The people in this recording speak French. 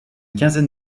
quinzaine